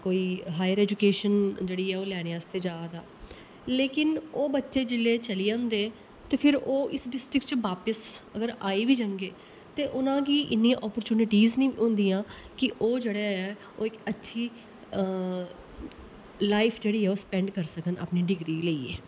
कोई higher education जेह्ड़ी ऐ ओह् लैने आस्तै जा दा लेकिन ओह् बच्चे जिल्लै चली जंदे ते फिर ओह् इस डिस्ट्रिक्ट च बापिस अगर आई बी जांह्गे ते उनांगी इन्नी ओप्पेरचुनिटीज निं होंदियां कि ओह् जेह्ड़ा ऐ ओह् इक अच्छी लाइफ जेह्ड़ी ऐ ओह् स्पैंड करी सकन अपनी डिग्री लेइयै